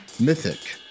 mythic